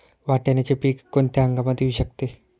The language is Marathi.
वाटाण्याचे पीक कोणत्या हंगामात येऊ शकते?